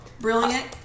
Brilliant